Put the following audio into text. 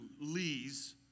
lees